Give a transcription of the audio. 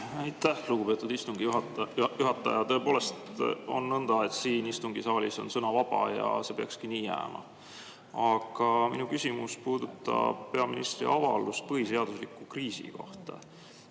Aitäh, lugupeetud istungi juhataja! Tõepoolest on nõnda, et siin istungisaalis on sõna vaba, ja see peakski nii jääma. Aga minu küsimus puudutab peaministri avaldust põhiseadusliku kriisi kohta.